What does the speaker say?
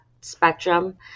spectrum